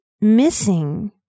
missing